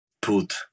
put